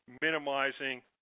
minimizing